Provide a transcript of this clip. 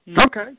Okay